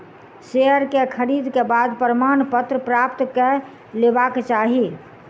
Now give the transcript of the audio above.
share के खरीद के बाद प्रमाणपत्र प्राप्त कय लेबाक चाही